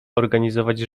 organizować